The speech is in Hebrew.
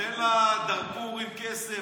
תיתן לדארפורים כסף,